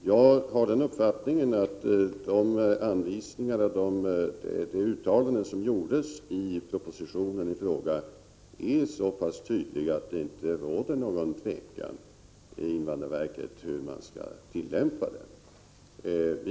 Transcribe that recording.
Herr talman! Jag har den uppfattningen att de anvisningar och uttalanden som gjordes i propositionen är så pass tydliga att det inte råder någon tvekan på invandrarverket beträffande hur tillämpningen skall ske.